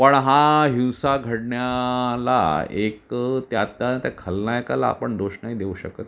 पण हा हिंसा घडण्या ला एक त्यातनं त्या खलनायकाला आपण दोष नाही देऊ शकत